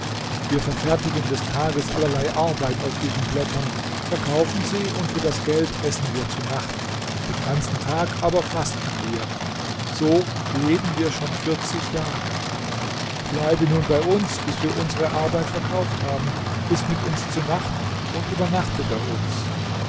wir verfertigen des tages allerlei arbeit aus diesen blättern verkaufen sie und für das geld essen wir zu nacht den ganzen tag aber fasten wir so leben wir schon vierzig jahre bleibe nun bei uns bis wir unsere arbeit verkauft haben iß mit uns zu nacht und übernachte bei uns